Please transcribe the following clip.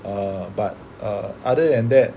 err but err other than that